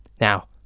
now